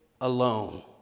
alone